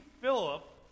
Philip